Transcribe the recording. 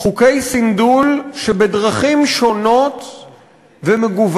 חוקי סנדול שבדרכים שונים ומגוונות